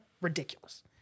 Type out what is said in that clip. Ridiculous